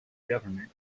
government